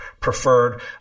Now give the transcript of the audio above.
preferred